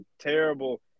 terrible